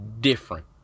different